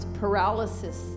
paralysis